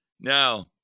Now